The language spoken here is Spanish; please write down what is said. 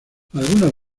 algunas